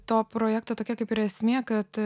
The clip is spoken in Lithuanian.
to projekto tokia kaip ir esmė kad